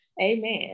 Amen